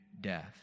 death